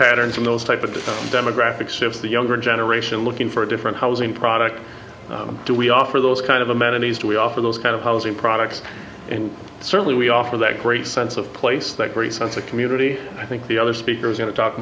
patterns in those type of demographic shifts the younger generation looking for different housing products do we offer those kind of amenities do we offer those kind of housing products and certainly we offer that great sense of place that very sense of community i think the other speakers going to talk